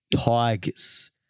Tigers